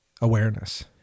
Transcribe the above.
awareness